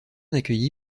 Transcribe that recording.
accueilli